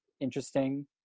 interesting